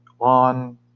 on